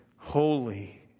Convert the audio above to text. holy